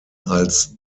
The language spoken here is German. als